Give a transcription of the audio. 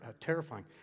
terrifying